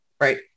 Right